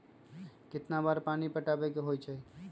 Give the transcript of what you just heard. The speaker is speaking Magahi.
कितना बार पानी पटावे के होई छाई?